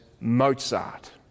Mozart